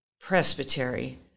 presbytery